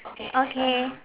okay